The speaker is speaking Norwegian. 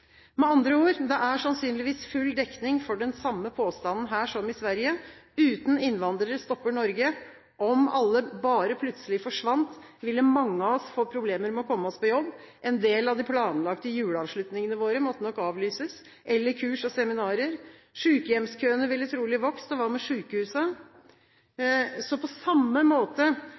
Med andre ord, det er sannsynligvis full dekning for den samme påstanden her som i Sverige: Uten innvandrere stopper Norge. Om alle bare plutselig forsvant, ville mange av oss få problemer med å komme oss på jobb. En del av de planlagte juleavslutningene våre, eller kurs og seminarer, måtte nok avlyses, sykehjemskøene ville trolig vokst – og hva med sykehusene? Så på samme måte